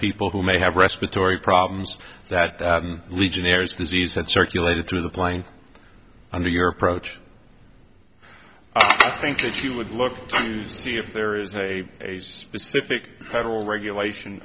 people who may have respiratory problems that legionnaires disease had circulated through the plane under your approach i think if you would look to see if there is a specific federal regulation